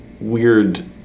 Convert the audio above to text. weird